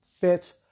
Fits